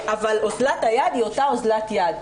אבל אוזלת היד היא אותה אוזלת יד.